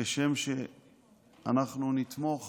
כשם שאנחנו נתמוך